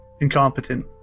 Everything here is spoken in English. incompetent